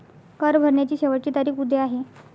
कर भरण्याची शेवटची तारीख उद्या आहे